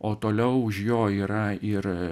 o toliau už jo yra ir